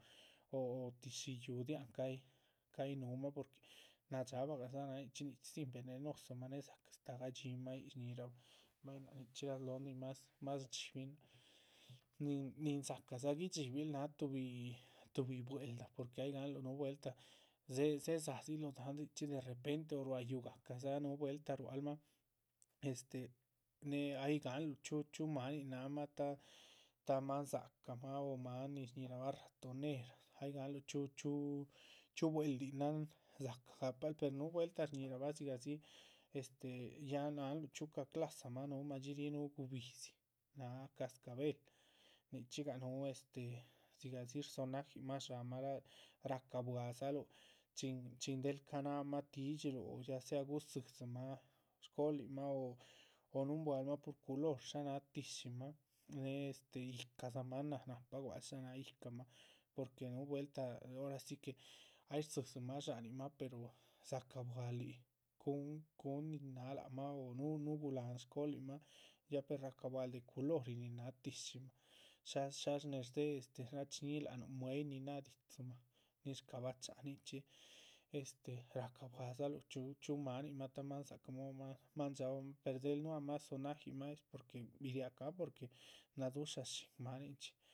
Hoho tíshi yúhu gidiáhan ta´yih ta´yih núhumah porque nadxaaba gadza náha nichxí nichxídzin venenosomah née dzacah astáh gadxínmah yíc, shñíhiramah. bay náha nichxíra slóhon nin más más shdxíbin nin nin dzácadzah guidxibil náha tuhbi tuhbi bwel´da, porque ay gahanluh núhu vueltah. dzé dzéhe dzadziluh dahán dzichxí derrepente ruá yúhu gahca dza núhu vueltah rua´cl mah este néhe ay gahanluh chxíu chxíu chxíu máaninan ta´ ta´. máan dzacamah o máan nin shñíhirabah ratonera ay gahanluh chxíu chxíu chxíu bwel´dihinan, dzacah gahpal per núhu vueltah shñíhirabah dzigah dzi. este ya náhanluh chxíuca clasa máh núhu madxí ríhi núh gubíhzi nin náha cascabel, nichxíhigah núhu este dzigahdzi rsonájinmah rdsháhanmah láha rahca. bua´dzaluh chin chin del ca´naha mah tídxiluh o ya sea gudzidzinmah shcolin mah o núhun bualmah pur culor shá náha tíshimah née este yíhcamah náha nahpa. gua´c shá náha yíhcamah porque núhu vueltah ora si que ay rdzídzimah dsháhanin mah porque ruhu dzaca buahal yíc, cuhun cuhun nin náha lac mah o nuguhlahan shcolinmha. ya pues racabuahal de culori nin náha tíshimah shá shá shnéhes dzéhe nin rachiñíhinuh lac nuh mue´yih nin dzéhe dídzimah, nin shcabáha cháha nichxí este racabuaha. dzaluh chxíu chxíu máanin mah ta´ máan dza´cahmah o máhan dxaabamah per del nuahamah sonajinmah es porque biriacah porque nadushá shín máaninchxi